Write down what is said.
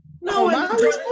No